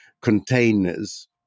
containers